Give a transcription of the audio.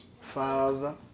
Father